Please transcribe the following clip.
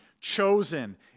chosen